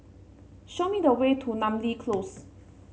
show me the way to Namly Close